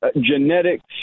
genetics